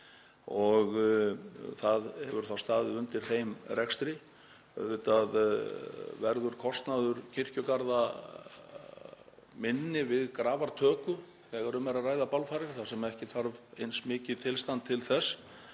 og það hefur þá staðið undir þeim rekstri. Auðvitað verður kostnaður kirkjugarða minni við grafartöku þegar um er að ræða bálfarir þar sem ekki þarf eins mikið tilstand til þess